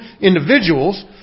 individuals